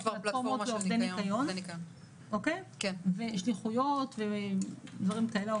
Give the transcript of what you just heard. פלטפורמות של עובדי ניקיון ושליחויות ודברים כאלה,